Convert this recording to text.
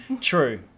True